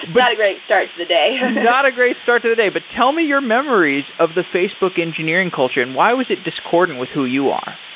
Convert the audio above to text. not a great start to the day not a great start to the day. but tell me your memories of the facebook engineering culture and why was it discordant with who you are?